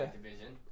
division